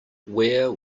where